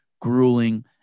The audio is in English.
grueling